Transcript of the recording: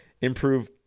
Improve